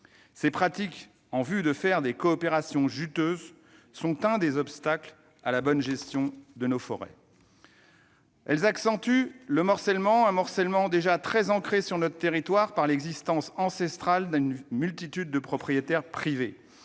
Ces pratiques destinées à la réalisation d'opérations juteuses sont l'un des obstacles à la bonne gestion de nos forêts. Elles accentuent un morcellement déjà très ancré sur notre territoire du fait de l'existence ancestrale d'une multitude de propriétaires privés.